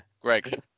Greg